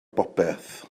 bopeth